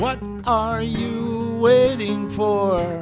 what are you waiting for